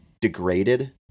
degraded